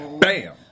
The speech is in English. Bam